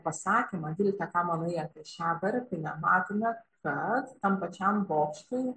pasakymą vilte ką manai apie šią varpinę matome kad tam pačiam bokštui